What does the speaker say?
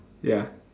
ya